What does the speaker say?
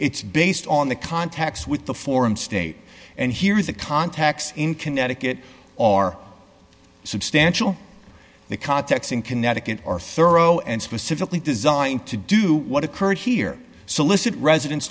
it's based on the contacts with the foreign state and here is the contacts in connecticut are substantial the contacts in connecticut are thorough and specifically designed to do what occurred here solicit residents